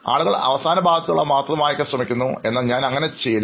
ആളുകൾ അവസാന ഭാഗത്തുള്ളവ മാത്രം വായിക്കാൻ ശ്രമിക്കുന്നു എന്നാൽ ഞാൻ അങ്ങനെ ചെയ്യാറില്ല